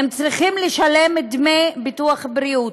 צריכים לשלם דמי ביטוח בריאות.